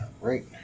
right